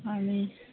आनी